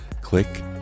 Click